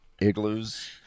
igloos